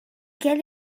gen